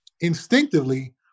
instinctively